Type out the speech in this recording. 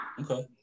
Okay